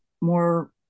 more